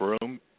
room